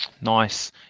Nice